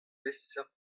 peseurt